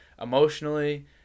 emotionally